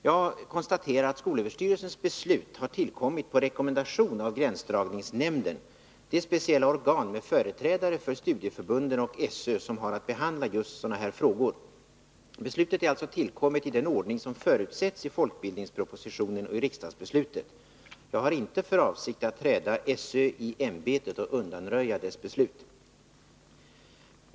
Jag konstaterar att skolöverstyrelsens beslut har tillkommit på rekommendation av gränsdragningsnämnden, det speciella organ med företrädare för studieförbunden och SÖ som har att behandla just sådana här frågor. Beslutet är alltså tillkommet i den ordning som förutsätts i folkbildningspropositionen och i riksdagsbeslutet. Jag har inte för avsikt att träda SÖ i ämbetet och undanröja dess beslut.